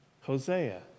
Hosea